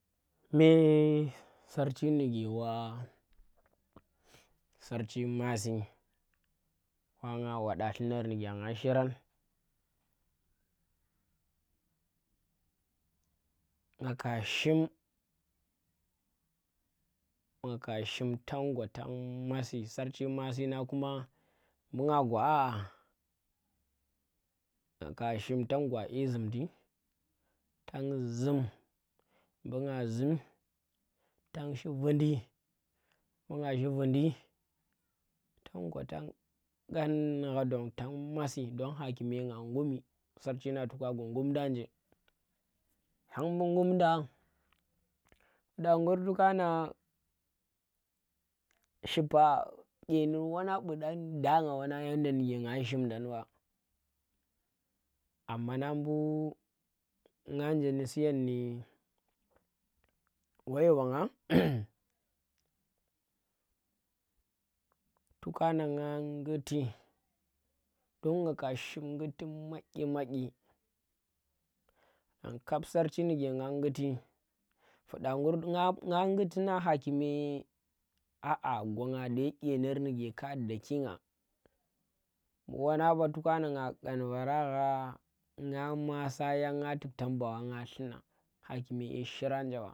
Mbe sarchi ndika wa sarchi masi wa nga waɗa llunar ndike nga shirang, nga ka shim nga ka shim tang gwa tang masi, sarchi masi nang kuma mbu nga gwa aa nga ka shim tang gwa dye zumdi tang zum mbu gna zum tang shi vundi mbu nga shi vundi, tan gwa tang ƙangha don tang masi don hakume nga gummi, sarchi nan to ka gwa gum dang anje hang mbu gumndang fudagur to kana shipa ƙyenir wan nang bu ɗa da ngah wannang yadda ndike nga shimdang ba, ammana bunga nje siyan ndi waye banga to kana nga nguti don nga shim nguti madyi madyi yan kap sarchi ndike nga nguti fuɗa ngur nga nguti nang hakime aa gwa nga dai ƙyenir ndike ka da kinga mbu wannang ba to kana nga ƙan varan nga masian yan nga tuktan bawa nga lhuna hakimi ee shuranjo